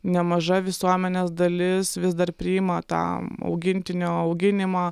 nemaža visuomenės dalis vis dar priima tą augintinio auginimą